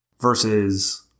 versus